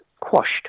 quashed